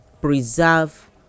preserve